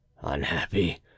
Unhappy